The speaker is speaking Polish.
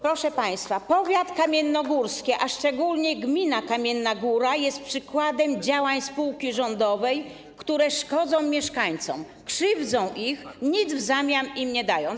Proszę państwa, powiat kamiennogórski, a szczególnie gmina Kamienna Góra, jest przykładem działań spółki rządowej, które szkodzą mieszkańcom, krzywdzą ich, nic w zamian im nie dając.